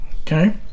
Okay